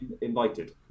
invited